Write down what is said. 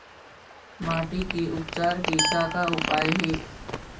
माटी के उपचार के का का उपाय हे?